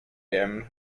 wiem